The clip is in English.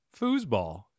foosball